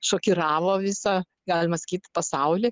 šokiravo visą galima sakyt pasaulį